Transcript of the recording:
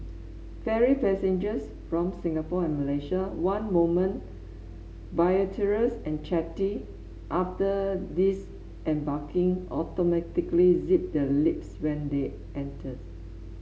ferry passengers from Singapore and Malaysia one moment boisterous and chatty after disembarking automatically zip their lips when they enter